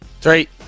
Three